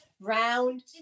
round